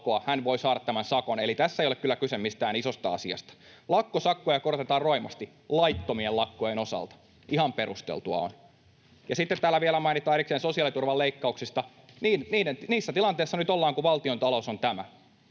hän voi saada tämän sakon, eli tässä ei kyllä ole kyse mistään isosta asiasta. Lakkosakkoja korotetaan roimasti laittomien lakkojen osalta. Ihan perusteltua on. Sitten täällä vielä mainitaan erikseen sosiaaliturvan leikkauksista. Niissä tilanteissa nyt ollaan, kun valtiontalous on tämä.